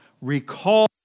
recall